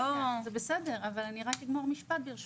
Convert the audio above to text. הדבר